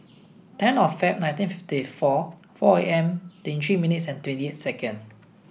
ten of Feb nineteen fifty four four A M twenty three minutes and twenty eight second